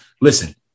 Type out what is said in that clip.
listen